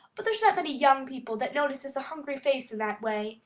but there's not many young people that notices a hungry face in that way,